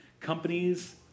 Companies